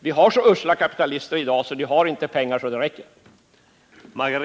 Vi har så usla kapitalister i dag att de inte har så mycket pengar att det räcker.